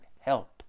help